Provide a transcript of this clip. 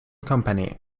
company